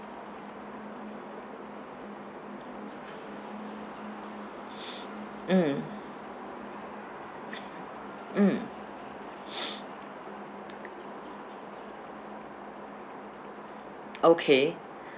mm mm okay